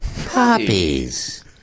Poppies